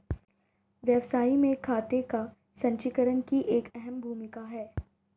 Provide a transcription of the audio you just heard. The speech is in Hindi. व्यवसाय में खाते का संचीकरण की एक अहम भूमिका है